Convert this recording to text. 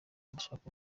idashaka